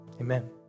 Amen